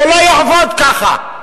זה לא יעבוד ככה.